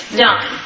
done